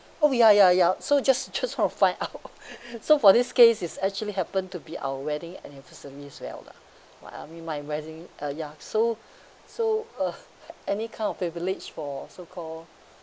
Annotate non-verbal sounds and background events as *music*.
oh ya ya so just *laughs* just want to find out so for this case is actually happen to be our wedding anniversary as well lah well I mean my wedding uh ya so uh any kind of privilege for so called